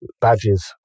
badges